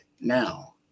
now